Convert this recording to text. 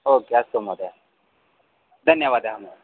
okay अस्तु महोदय धन्यवादः महोदय